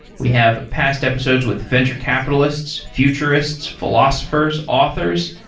we have past episodes with venture capitalists, futurists, philosophers, authors.